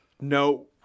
no